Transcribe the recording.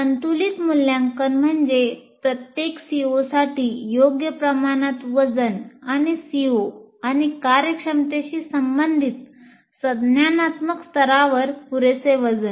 संतुलित मूल्यांकन म्हणजे प्रत्येक सीओसाठी आणि कार्यक्षमतेशी संबंधित संज्ञानात्मक स्तरावर पुरेसे वजन